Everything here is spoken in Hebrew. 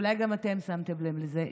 אולי גם אתם שמתם לב לזה,